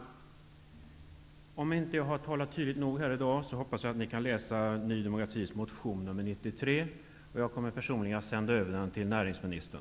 För den händelse att jag inte har talat tillräckligt tydligt här i dag vill jag också hänvisa till Ny demokratis motion nr 93. Jag kommer personligen att sända över den till näringsministern.